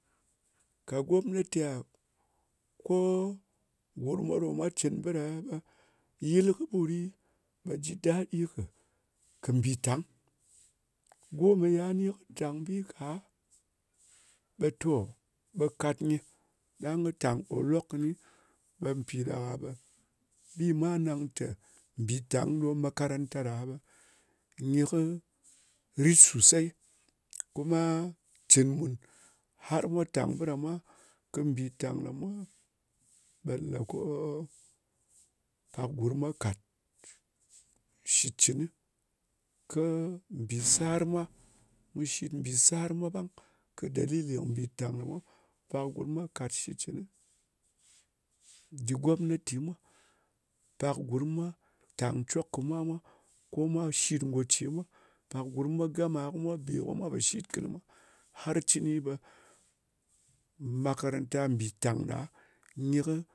Ka gomnati a? Ko gurm mwa ɗo mwa cɨn bɨ ɗa, ɓe yɨl kɨɓut ɗɨ, ɓe ji ɗadi kɨ mbìtang. Go ne ya ni kɨ tàng bi ka, ɓe to, ɓe kat nyɨ, ɗang kɨ tàng kò lok kɨni. Ɓe mpi ɗa ɗak-a ɓe bi mwa nang tè mbìtang ɗo makaranta ɗa, ɓe nyɨ kɨ rit sosey. Kuma cɨn ko mwa tàng bɨ ɗa mwa, kɨ mbìtang ɗa mwa, ɓe lē ko pak gurm mwa kàt shitcɨnɨ, kɨ mbìsar mwa. Mu shit mbìsar mwa ɓang. Kɨ dalili kɨ mbìtang ɗa mwa, ɓe pak gurm mwa kat shitcɨn dɨ gomnati mwa. Pak gurm mwa tàng cok kɨ mwa mwa. Ko mwa shit ngò ce mwa. Pak gurm mwa gama, ko mwa bè, ko mwa pò shit kɨnɨ ngò ce mwa. Har cɨni ɓe makaranta mbìtang ɗa, nyɨ kɨ,